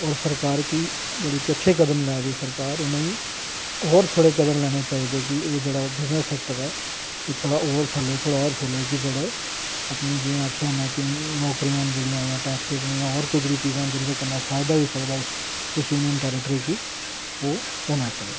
और सरकार गी कि जेह्ड़े कि अच्छे कदम लै दी सरकार उ'नें ई होर थोड़े कदम लैने चाहिदे कि एह् जेह्ड़ा बिजनस सैक्टर ऐ कि एह् थौह्ड़ा होर फले थोह्ड़ा होर फूले कि जेह्ड़े अपनियां जि'यां आखेआ हा में कि नौकरीयां न जेह्ड़ियां जां टैक्स न जां होर कोई जेह्ड़ियां चीजां न जिं'दे कन्नै फायदा होई सकदा इस इस यूनियन टैरेट्री गी ओह् होना चाहिदा